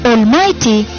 Almighty